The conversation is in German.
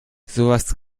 sowas